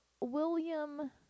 william